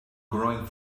growing